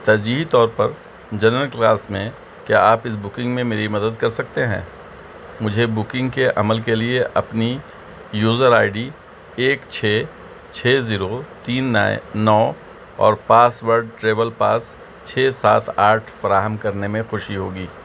ترجیحی طور پر جنرل کلاس میں کیا آپ اس بکنگ میں میری مدد کر سکتے ہیں مجھے بکنگ کے عمل کے لیے اپنی یوزر آئی ڈی ایک چھ چھ زیرو تین نو اور پاس ورڈ ٹریول پاس چھ سات آٹھ فراہم کرنے میں خوشی ہوگی